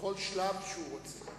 בכל שלב שהוא רוצה.